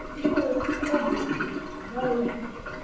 he said it was hogwarts business, very secret.